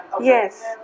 Yes